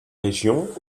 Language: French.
régions